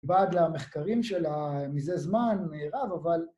ועד למחקרים שלה מזה זמן רב אבל...